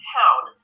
town